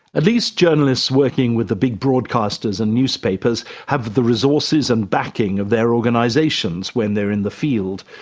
at least journalists working with the big broadcasters and newspapers have the resources and backing of their organisations when they're in the field.